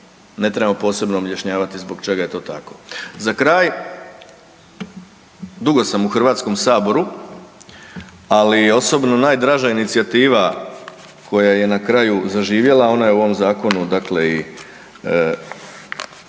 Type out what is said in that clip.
Ne trebamo posebno objašnjavati zbo čega je to tako. Za kraj, dugo sam u Hrvatskom saboru ali osobno najdraža inicijativa koja je na kraju zaživjela ona je u ovom zakonu dakle i